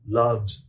loves